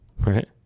Right